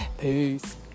Peace